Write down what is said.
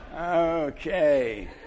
Okay